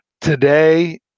Today